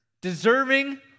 deserving